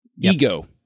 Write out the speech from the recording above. Ego